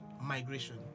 migration